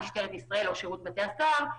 משטרת ישראל או שירות בתיה סוהר.